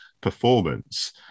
performance